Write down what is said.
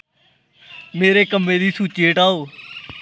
मेरे कम्में दी सूची हटाओ